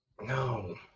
No